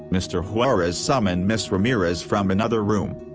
mr. juarez summoned ms. ramirez from another room.